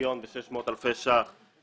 מיליון ו-600,000 שקלים